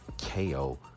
KO